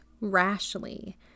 rashly